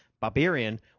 Barbarian